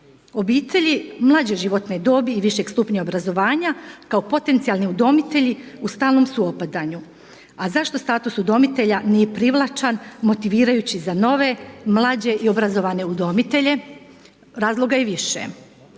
Obitelji mlađe životne dobi i višeg stupnja obrazovanja kao potencijalni udomitelji u stalnom su opadanju. A zašto status udomitelja nije privlačan, motivirajući za nove mlađe i obrazovanije udomitelje, razloga je više.